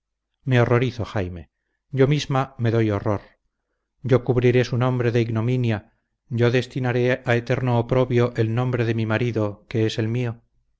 me horrorizo jaime yo misma me doy horror yo cubriré su nombre de ignominia yo destinaré a eterno oprobio el nombre de mi marido que es el mío